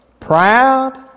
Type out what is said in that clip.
proud